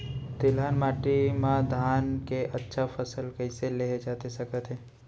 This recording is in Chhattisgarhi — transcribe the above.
तिलहन माटी मा धान के अच्छा फसल कइसे लेहे जाथे सकत हे?